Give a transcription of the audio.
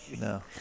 No